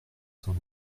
cent